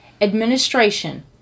administration